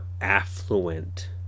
affluent